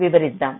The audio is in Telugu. వివరిద్దాం